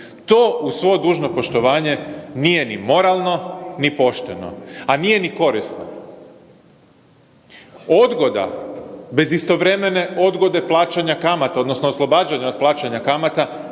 To uz svo dužno poštovanje nije ni moralno, ni pošteno, a nije ni korisno. Odgoda, bez istovremene odgode plaćanja kamata odnosno oslobađanja plaćanja kamata